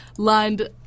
lined